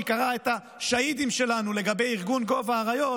שקראה את השהידים שלנו לגבי ארגון גוב האריות,